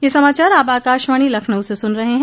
ब्रे क यह समाचार आप आकाशवाणी लखनऊ से सुन रहे हैं